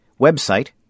Website